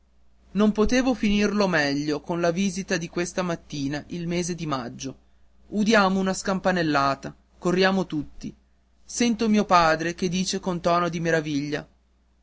non potevo finirlo meglio che con la visita di questa mattina il mese di maggio udiamo una scampanellata corriamo tutti sento mio padre che dice in tuono di meraviglia